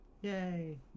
Yay